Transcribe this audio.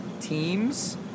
teams